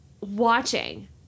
watching